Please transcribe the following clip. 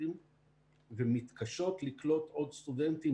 הסטודנטים ומתקשות לקלוט עוד סטודנטים